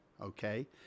okay